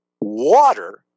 water